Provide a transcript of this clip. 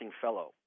fellow